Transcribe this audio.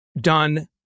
done